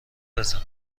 بزن